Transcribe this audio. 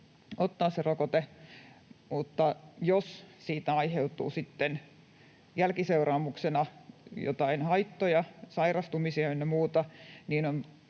aiheutuu jälkiseuraamuksena joitain haittoja, sairastumisia ynnä muuta,